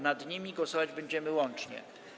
Nad nimi głosować będziemy łącznie.